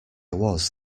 was